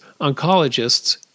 oncologists